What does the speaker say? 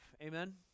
Amen